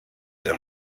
d’un